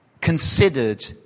considered